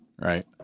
right